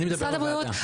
אני מדבר על הוועדה.